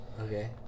Okay